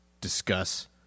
discuss